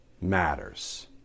matters